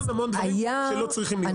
זה יוצא המון המון דברים שלא היו צריכים להיות.